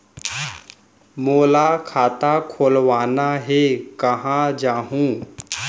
मोला खाता खोलवाना हे, कहाँ जाहूँ?